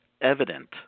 evident